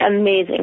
amazing